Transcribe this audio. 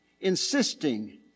insisting